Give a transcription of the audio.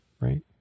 right